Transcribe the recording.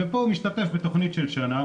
ופה הוא משתתף בתוכנית של שנה,